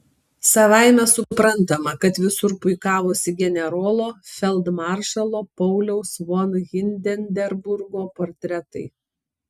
savaime suprantama kad visur puikavosi generolo feldmaršalo pauliaus von hindenburgo portretai